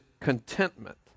contentment